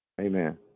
Amen